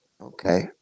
okay